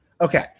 okay